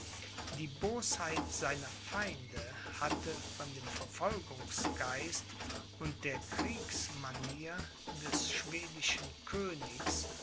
die bosheit seiner feinde hatte von dem verfolgungsgeist und der kriegsmanier des schwedischen königs